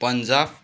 Punjab